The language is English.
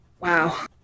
Wow